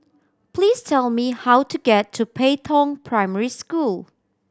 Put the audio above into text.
please tell me how to get to Pei Tong Primary School